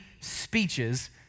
speeches